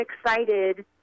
excited